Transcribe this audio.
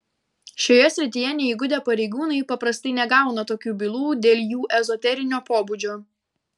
šioje srityje neįgudę pareigūnai paprastai negauna tokių bylų dėl jų ezoterinio pobūdžio